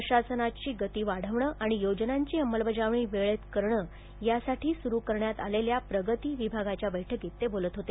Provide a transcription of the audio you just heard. प्रशासनाची गती वाढवणं आणि योजनांची अंमलबजावणी वेळेत करणं यासाठी सुरू करण्यात आलेल्या प्रगती या बह्विभागीय विभागाच्या बैठकीत ते बोलत होते